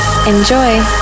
Enjoy